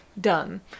done